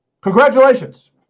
congratulations